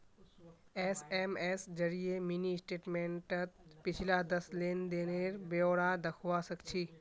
SMS जरिए mini स्टेटमेंटत पिछला दस लेन देनेर ब्यौरा दखवा सखछी